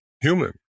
human